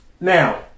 Now